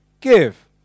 give